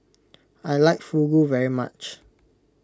I like Fugu very much